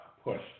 Push